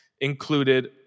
included